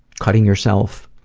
cutting yourself.